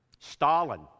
Stalin